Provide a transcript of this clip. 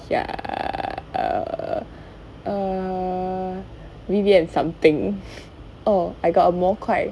ya err err something err I got a 模块